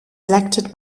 elected